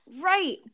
right